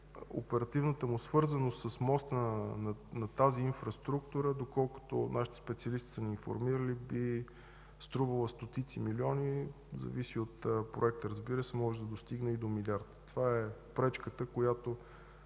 оперативната му свързаност с мост на тази инфраструктура, доколкото нашите специалисти са ме информирали, би струвала стотици милиони. Разбира се, зависи от проекта, може да достигне и до милиард. Това е пречката, която